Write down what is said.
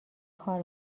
کار